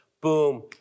Boom